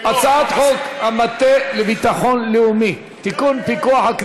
הצעת חוק המטה לביטחון לאומי (תיקון,